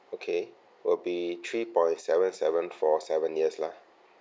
okay will be three point seven seven for seven years lah